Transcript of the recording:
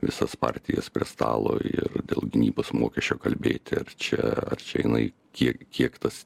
visas partijas prie stalo ir dėl gynybos mokesčio kalbėti ar čia ar čia jinai kiek kiek tas